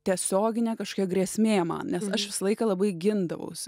tiesioginė kažkokia grėsmė man nes aš visą laiką labai gindavausi